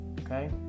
okay